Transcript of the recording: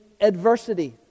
adversity